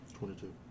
Twenty-two